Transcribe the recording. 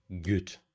Good